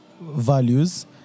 values